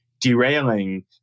derailing